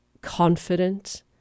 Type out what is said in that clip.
confident